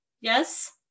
yes